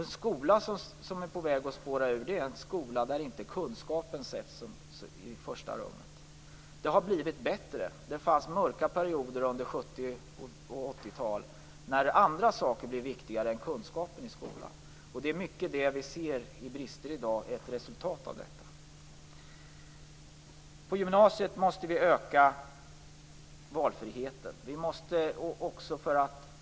En skola som är på väg att spåra ur är en skola där kunskapen inte sätts i första rummet. Det har blivit bättre. Det fanns mörka perioder under 70 och 80-tal när andra saker blev viktigare i skolan än kunskapen. Mycket av det vi ser i form av brister i dag är ett resultat av detta. Vi måste öka valfriheten på gymnasiet.